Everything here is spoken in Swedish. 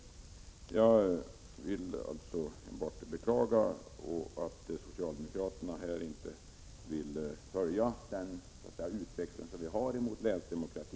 Jag vill alltså beklaga att socialdemokraterna här inte vill följa utvecklingen i riktning mot länsdemokrati.